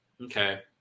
okay